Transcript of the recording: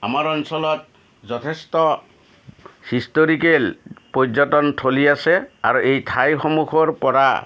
আমাৰ অঞ্চলত যথেষ্ট হিষ্টৰিকেল পৰ্যটন থলী আছে আৰু এই ঠাইসমূহৰ পৰা